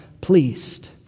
pleased